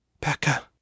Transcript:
Becca